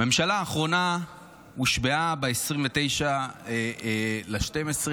הממשלה האחרונה הושבעה ב-29 בדצמבר